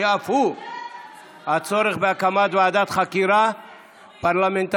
שאף הוא הצורך בהקמת ועדת חקירה פרלמנטרית,